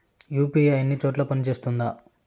UPI అన్ని చోట్ల పని సేస్తుందా?